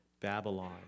Babylon